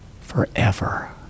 forever